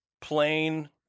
plain